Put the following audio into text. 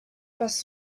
passe